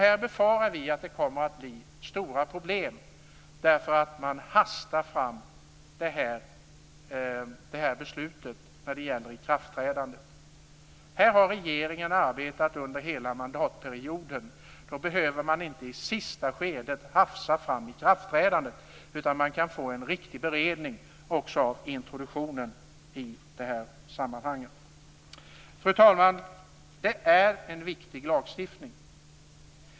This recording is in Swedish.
Här befarar vi att det kommer att bli stora problem därför att man hastar fram beslutet om ikraftträdandet. Regeringen har arbetat under hela mandatperioden. Då behöver man inte hafsa fram ikraftträdandet i sista skedet. Det är viktigt att vi får en riktig beredning också av introduktionen i det här sammanhanget. Fru talman! Det är en viktig lagstiftning.